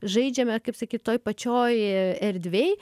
žaidžiame kaip sakyt toj pačioj erdvėj